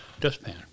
dustpan